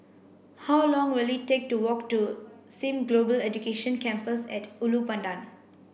how long will it take to walk to Sim Global Education Campus at Ulu Pandan